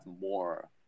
more